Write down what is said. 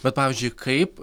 bet pavyzdžiui kaip